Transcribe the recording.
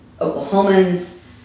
Oklahomans